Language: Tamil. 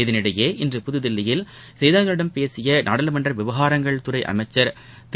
இதனிடையே இன்று புதுதில்லியில் செய்தியாளர்களிடம் பேசிய நாடாளுமன்ற விவகாரங்கள் துறை அமைச்சர் திரு